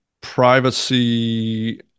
privacy